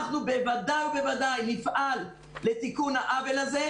אנחנו בוודאי ובוודאי נפעל לתיקון העוול הזה.